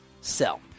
sell